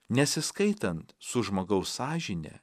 nesiskaitant su žmogaus sąžine